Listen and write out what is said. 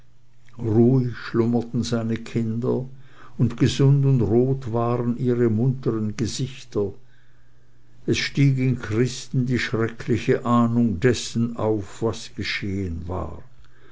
ruhig schlummerten seine kinder und gesund und rot waren ihre munteren gesichter es stieg in christen die schreckliche ahnung dessen auf was geschehen war